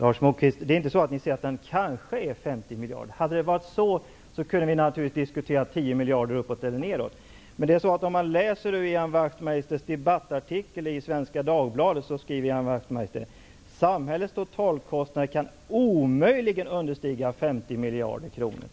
Fru talman! Lars Moquist! Ni säger inte att kostnaden kanske är 50 miljarder. Om det hade varit så skulle vi naturligtvis kunna diskutera 10 miljarder uppåt eller neråt. I en debattartikel i Svenska Dagbladet skriver Ian Wachtmeister: ''Samhällets totalkostnader kan omöjligen understiga 50 miljarder kronor''.